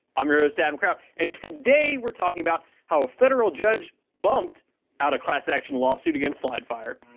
i'm your host adam kraut and today we're talking about how a federal judge bumped out a class action lawsuit against slide fire.